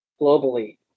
globally